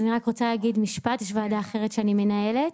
יש וועדה אחרת שאני מנהלת